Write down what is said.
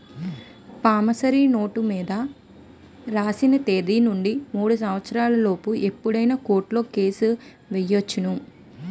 promissory note మీద రాసిన తేదీ నుండి మూడు సంవత్సరాల లోపు ఎప్పుడైనా కోర్టులో కేసు ఎయ్యొచ్చును